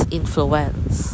influence